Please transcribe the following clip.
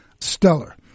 stellar